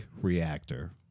reactor